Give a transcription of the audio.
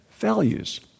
values